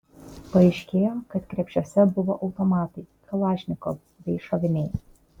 paaiškėjo kad krepšiuose buvo automatai kalašnikov bei šoviniai